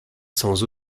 sans